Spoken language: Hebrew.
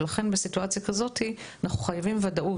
ולכן בסיטואציה כזאת אנחנו חייבים ודאות